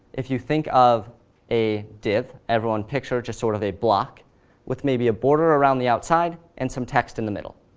if you think of a div, everyone picture just sort of a block with maybe a border around the outside and some text in the middle.